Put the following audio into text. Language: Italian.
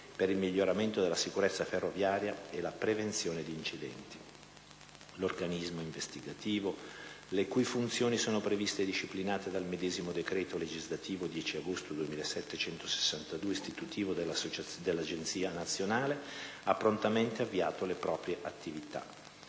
per il miglioramento della sicurezza ferroviaria e la prevenzione di incidenti. L'organismo investigativo, le cui funzioni sono previste e disciplinate dal medesimo decreto legislativo 10 agosto 2007, n. 162, istitutivo dell'Agenzia, ha prontamente avviato le proprie attività.